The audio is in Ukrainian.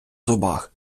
зубах